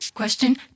Question